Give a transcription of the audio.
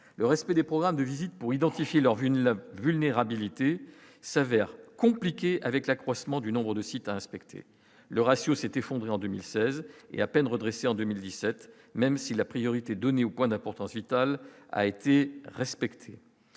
le respect des programmes de visites pour identifier leurs vues ni la vulnérabilité s'avère compliquée avec l'accroissement du nombre de sites inspecter le ratio c'est effondré en 2016 et à peine redressé en 2017 même si la priorité donnée au point d'importance vitale a été respectée,